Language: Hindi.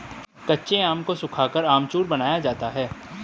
कच्चे आम को सुखाकर अमचूर बनाया जाता है